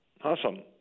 Awesome